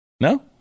No